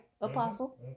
Apostle